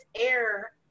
air